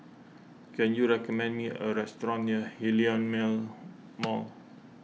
can you recommend me a restaurant near Hillion Mall